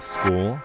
School